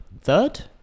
third